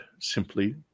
simply